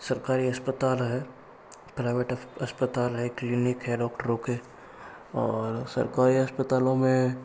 सरकारी अस्पताल है प्राइवेट अस्पताल है क्लिनिक है डॉक्टरों के और सरकारी अस्पतालों में